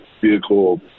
vehicle